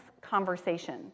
conversation